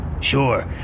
Sure